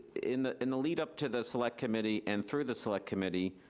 in the in the lead up to the select committee and through the select committee,